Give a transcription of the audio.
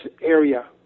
area